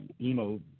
emo